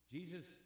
Jesus